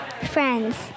Friends